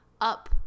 up